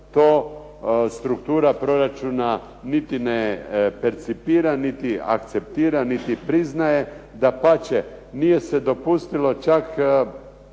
to struktura proračuna niti percipira niti akceptira niti priznaje. Dapače, nije se dopustilo prošle